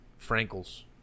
Frankel's